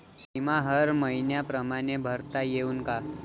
बिमा हर मइन्या परमाने भरता येऊन का?